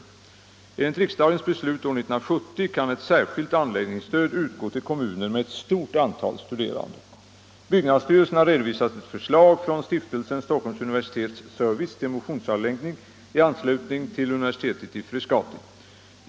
Måndagen den Enligt riksdagens beslut år 1970 kan ett särskilt anläggningsstöd utgå 26 maj 1975 till kommuner med ett stort antal studerande. Byggnadsstyrelsen har redovisat ett förslag från stiftelsen Stockholms Om friluftsoch universitets service till motionsanläggning i anslutning till universitetet motionslokaler vid i Frescati.